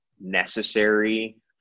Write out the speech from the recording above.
necessary